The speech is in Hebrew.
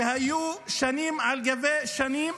שהיו שנים על גבי שנים,